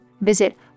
Visit